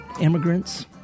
immigrants